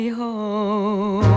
home